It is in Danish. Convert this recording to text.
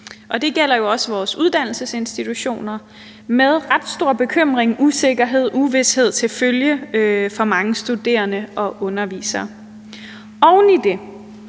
Det gælder jo også vores uddannelsesinstitutioner – med ret stor bekymring, usikkerhed og uvished til følge for mange studerende og undervisere. Oven i det